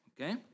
Okay